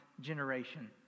generation